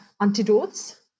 antidotes